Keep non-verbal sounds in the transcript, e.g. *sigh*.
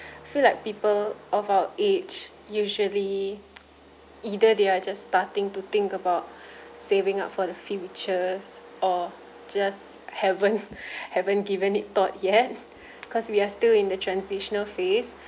feel like people of our age usually *noise* either they are just starting to think about saving up for the futures or just haven't *laughs* haven't given it thought yet because we are still in the transitional phase